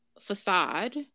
facade